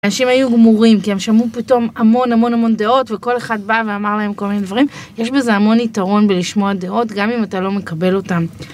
האנשים היו גמורים, כי הם שמעו פתאום המון המון המון דעות, וכל אחד בא ואמר להם כל מיני דברים. יש בזה המון יתרון בלשמוע דעות, גם אם אתה לא מקבל אותן.